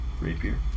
rapier